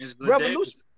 revolution